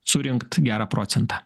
surinkt gerą procentą